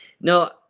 no